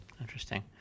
Interesting